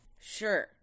Sure